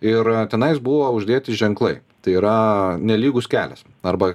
ir tenais buvo uždėti ženklai tai yra nelygus kelias arba